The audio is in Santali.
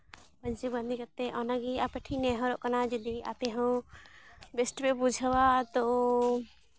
ᱯᱟᱹᱧᱪᱤ ᱵᱟᱸᱫᱮ ᱠᱟᱛᱮ ᱚᱱᱟᱜᱮ ᱟᱯᱮ ᱴᱷᱮᱡ ᱤᱧ ᱱᱮᱦᱚᱨᱚᱜ ᱠᱟᱱᱟ ᱡᱚᱫᱤ ᱟᱯᱮ ᱦᱚᱸ ᱵᱮᱥᱴ ᱯᱮ ᱵᱩᱡᱷᱟᱹᱣᱟ ᱛᱚ